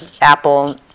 Apple